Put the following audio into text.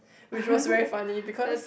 which was very funny because